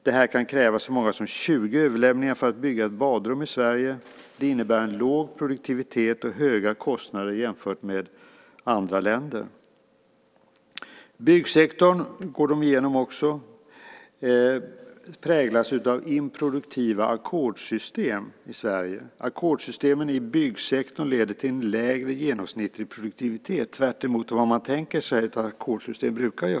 Det kan krävas upp till 20 överlämningar för att bygga ett badrum i Sverige. Det innebär låg produktivitet och höga kostnader jämfört med andra länder. I rapporten går man också igenom byggsektorn och finner att den i Sverige präglas av improduktiva ackordssystem. Ackordssystemen i byggsektorn leder, tvärtemot vad man tänker sig att ett ackordssystem brukar göra, till en lägre genomsnittlig produktivitet.